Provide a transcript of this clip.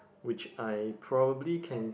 which I probably can